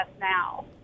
now